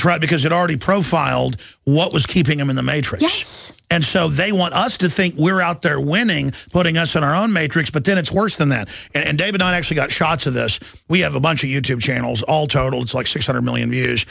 right because it already profiled what was keeping them in the matrix and so they want us to think we're out there winning putting us in our own matrix but then it's worse than that and david i actually got shots of that we have a bunch of you tube channels all total it's like six hundred million view